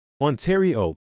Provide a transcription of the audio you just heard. Ontario